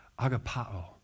agapao